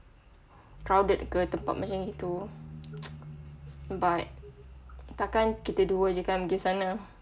crowded ke tempat macam gitu but takkan kita dua jer kan pergi sana